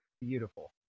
beautiful